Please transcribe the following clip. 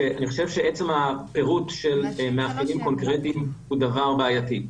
אני חושב שעצם הפירוט של מאפיינים קונקרטיים הוא דבר בעייתי,